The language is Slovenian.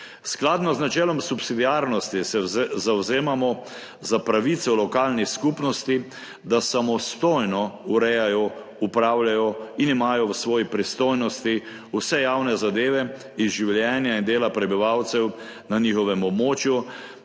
Skladno z načelom subsidiarnosti se zavzemamo za pravico lokalnih skupnosti, da samostojno urejajo, upravljajo in imajo v svoji pristojnosti vse javne zadeve iz življenja in dela prebivalcev na njihovem območju